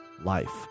life